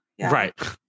right